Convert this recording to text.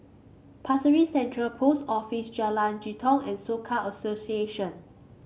Pasir Ris Central Post Office Jalan Jitong and Soka Association